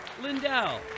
Lindell